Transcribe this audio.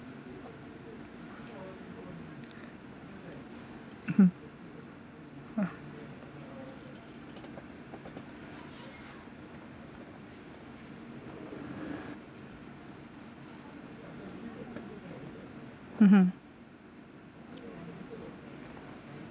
mmhmm ah mmhmm